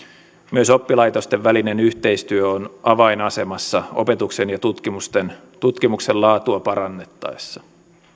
myös oppilaitosten välinen yhteistyö on avainasemassa opetuksen ja tutkimuksen laatua parannettaessa